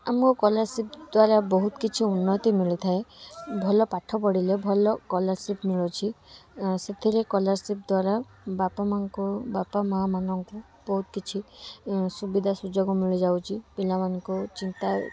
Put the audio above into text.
ଆମ ସ୍କଲାରସିପ ଦ୍ଵାରା ବହୁତ କିଛି ଉନ୍ନତି ମିଳିଥାଏ ଭଲ ପାଠ ପଢ଼ିଲେ ଭଲ ସ୍କଲାରସିପ ମିଳୁଛି ଅ ସେଥିରେ ସ୍କଲାରସିପ ଦ୍ଵାରା ବାପା ମାଁ ଙ୍କୁ ବାପା ମାଁ ମାନଙ୍କୁ ବହୁତ କିଛି ସୁବିଧା ସୁଯୋଗ ମିଳି ଯାଉଛି ପିଲାମାନଙ୍କୁ ଚିନ୍ତା